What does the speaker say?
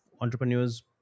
entrepreneurs